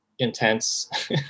intense